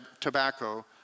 tobacco